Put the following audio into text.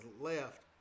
left